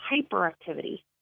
hyperactivity